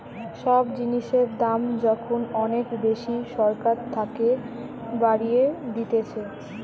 সব জিনিসের দাম যখন অনেক বেশি সরকার থাকে বাড়িয়ে দিতেছে